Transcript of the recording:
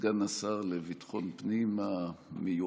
סגן השר לביטחון הפנים המיועד.